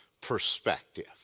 perspective